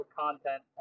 content